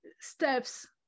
steps